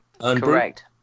Correct